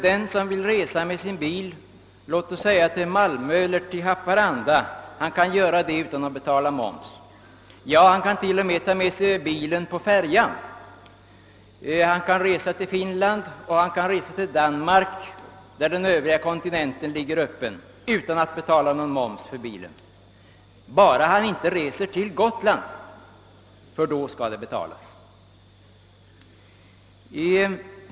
Den som vill resa med sin bil, låt oss säga till Malmö eller Haparanda kan göra det utan att betala moms. Han kan till och med ta med sig bilen på färja och resa till Finland och till Danmark, där den övriga kontinenten ligger öppen för honom, utan att betala moms för bilen. Det är bara om man reser till Gotland som man drabbas av moms.